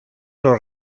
los